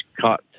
cut